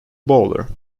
bowler